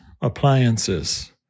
appliances